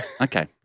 Okay